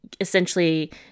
essentially